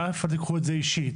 א', אל תיקחו את זה אישית.